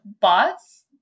bots